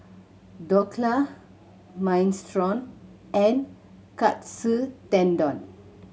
Dhokla Minestrone and Katsu Tendon